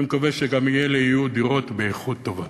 אני מקווה שאלה יהיו גם דירות באיכות טובה.